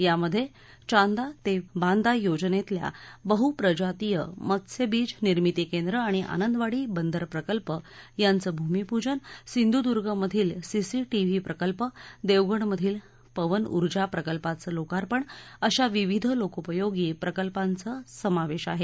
यामध्ये चांदा ते बांदा योजनेतल्या बहुप्रजातीय मत्स्यबीज निर्मिती केंद्र आणि आनंदवाडी बंदर प्रकल्प यांचे भूमीपूजन सिंधुद्गमधील सीसीटीव्ही प्रकल्प देवगडमधील पवन ऊर्जा प्रकल्पाचे लोकार्पण अशा विविध लोकोपयोगी प्रकल्पांचा समावेश आहे